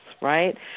right